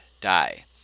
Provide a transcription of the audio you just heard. die